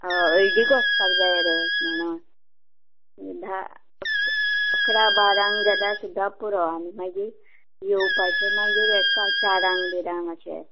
हय हळडीक वचपाक जाय रे म्हणोन धा अक अकरा बारांक जाल्या सुद्दां पुरो आनी मागीर येवपाचें मागीर हाका चारांक बिरांग अशें